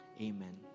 amen